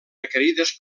requerides